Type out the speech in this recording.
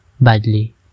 badly